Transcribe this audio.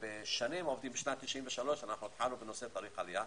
בשנת 1993 התחלנו נושא תאריך העלייה,